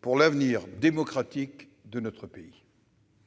pour l'avenir démocratique de notre pays ».